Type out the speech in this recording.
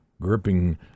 gripping